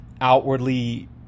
outwardly